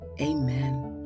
Amen